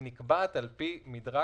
היא נקבעת על פי מדרג